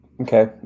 Okay